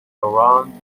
around